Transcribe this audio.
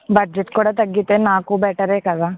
budget కూడా తగ్గితే నాకూ బెటరే కదా